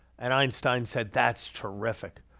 and einstein said, that's terrific.